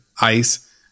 ice